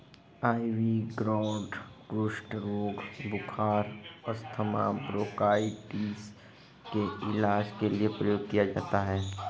ivy gourd कुष्ठ रोग, बुखार, अस्थमा, ब्रोंकाइटिस के इलाज के लिए प्रयोग किया जाता है